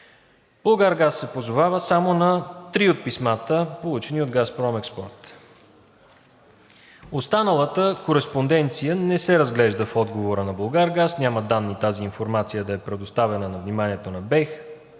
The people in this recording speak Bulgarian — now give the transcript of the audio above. „Булгаргаз“ се позовава само на 3 от писмата на ООО „Газпром Експорт“; - Останалата кореспонденция не се разглежда в отговора на „Булгаргаз“, няма данни тази информация да е предоставена на вниманието на БЕХ,